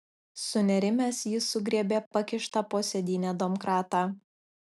sunerimęs jis sugriebė pakištą po sėdyne domkratą